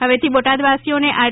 હવેથી બોટાદવાસીઓને આર